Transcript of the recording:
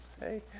hey